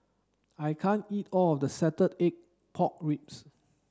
I can't eat all of this salted egg pork ribs